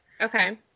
Okay